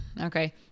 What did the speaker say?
Okay